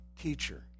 teacher